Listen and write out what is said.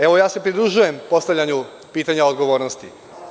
Evo, ja se pridružujem postavljanju pitanja odgovornosti.